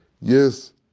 Yes